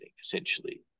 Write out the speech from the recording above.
essentially